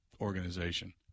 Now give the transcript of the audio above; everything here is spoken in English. Organization